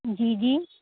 جی جی